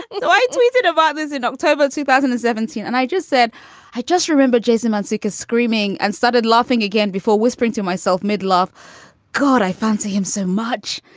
you know i tweeted about this in october two thousand and seventeen and i just said i just remember jason muncie is screaming and started laughing again before whispering to myself made love god i fancy him so much.